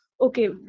okay